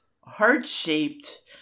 heart-shaped